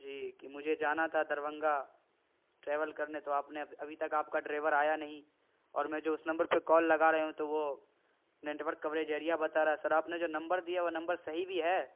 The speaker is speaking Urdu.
جی کہ مجھے جانا تھا دربھنگہ ٹریول کرنے تو آپ نے ابھی تک آپ کا ڈریور آیا نہیں اور میں جو اس نمبر پہ کال لگا رہا ہوں تو وہ نیٹورک کوریج ایڑیا بتا رہا ہے سر آپ نے جو نمبڑ دیا وہ نمبر صحیح بھی ہے